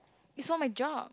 is for my job